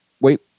wait